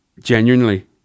genuinely